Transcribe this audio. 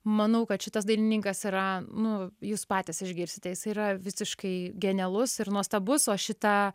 manau kad šitas dainininkas yra nu jūs patys išgirsite jisai yra visiškai genialus ir nuostabus o šitą